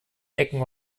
ecken